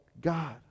God